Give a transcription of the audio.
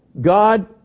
God